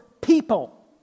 people